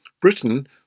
Britain